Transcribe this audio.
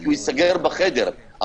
הוא ייסגר בחדר,